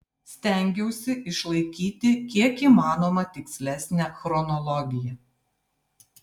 stengiausi išlaikyti kiek įmanoma tikslesnę chronologiją